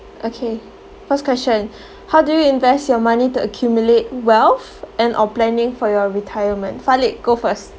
okay first question how do you invest your money to accumulate wealth and or planning for your retirement falik go first